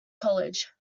college